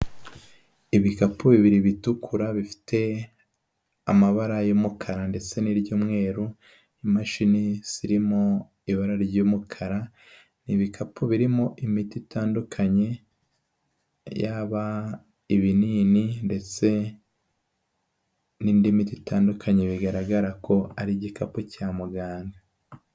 Ibikapu bibiri bitukura bifite amabara y'umukara ndetse ni ry'umweru, imashini zirimo ibara ry'umukara, ibikapu birimo imiti itandukanye yaba ibinini ndetse n'indi miti itandukanye bigaragara ko ari igikapu cya muganga.